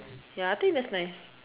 ya I think that's nice